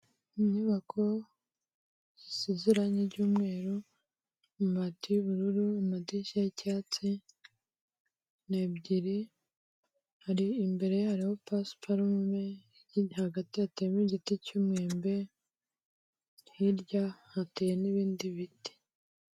Inyubako zisize irangi ry'umweru, amabati y'ubururu, amadirishya y'icyatsi, ni ebyiri, hari imbere ye hariho pasuparume, hagati hateyemo igiti cy'mwembe, hirya hateye n'ibindi biti.